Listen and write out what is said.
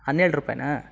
ಹನ್ನೆರಡು ರೂಪಾಯ್ನಾ